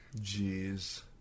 Jeez